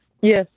Yes